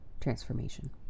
transformation